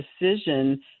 decision